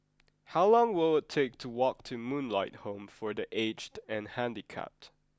how long will it take to walk to Moonlight Home for the Aged and Handicapped